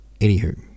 Anywho